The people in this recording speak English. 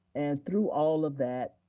and through all of that,